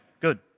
Good